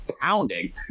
pounding